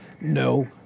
No